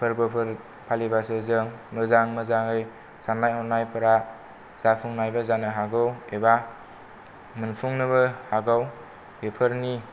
फोरबोफोर फालिबासो जों मोजां मोजाङै साननाय हनायफोरा जाफुंनायबो जानो हागौ एबा मोनफुंनोबो हागौ बेफोरनि